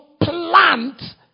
plant